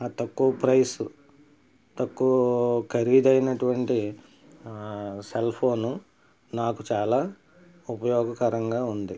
ఆ తక్కువ ప్రైస్ తక్కువ ఖరీదైనటువంటి సెల్ ఫోను నాకు చాలా ఉపయోగకరంగా ఉంది